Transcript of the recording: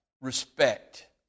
respect